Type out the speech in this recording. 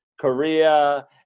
Korea